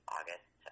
August